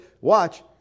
Watch